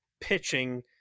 pitching